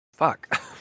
Fuck